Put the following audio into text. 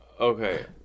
okay